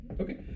Okay